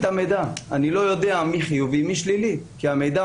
אני לא יודע מי חיובי ומי שלילי כי המידע